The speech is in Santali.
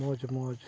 ᱢᱚᱡᱽ ᱢᱚᱡᱽ